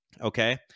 Okay